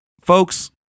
Folks